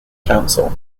council